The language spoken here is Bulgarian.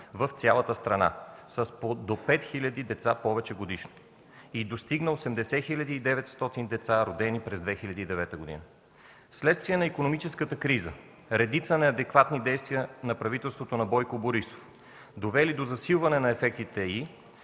в цялата страна – до 5000 деца повече годишно и достигна 80 900 деца, родени през 2009 г. Вследствие на икономическата криза, редица неадекватни действия на правителството на Бойко Борисов, довели до засилване на ефектите й